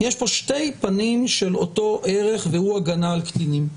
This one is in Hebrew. יש פה שתי פנים של אותו ערך והוא הגנה על קטינים.